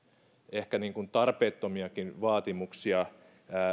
ehkä niin kuin tarpeettomiakin vaatimuksia